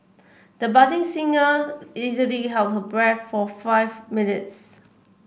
the budding singer easily held her breath for five minutes